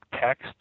text